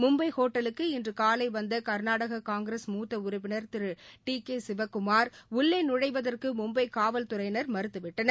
மும்பைஹோட்டலுக்கு இன்றுகாலைவந்தகர்நாடககாங்கிரஸ் மூத்தஉறுப்பினர் திரு டி கேசிவக்குமார் உள்ளேநுழைவதற்குமும்பைகாவல்துறையினர் மறுத்துவிட்டனர்